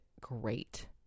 great